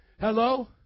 Hello